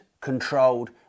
controlled